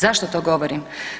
Zašto to govorim?